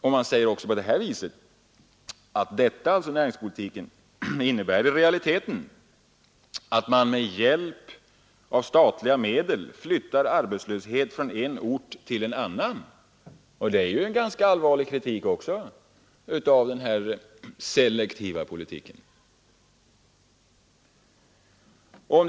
Vid Träindustriarbetareförbundets kongress sade man också följande: ”Detta innebär i realiteten, att man med hjälp av statliga medel flyttar arbetslöshet från en ort till en annan.” Det är ju också en ganska allvarlig kritik mot den förda selektiva politiken.